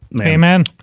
Amen